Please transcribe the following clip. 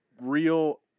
real